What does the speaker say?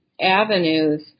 avenues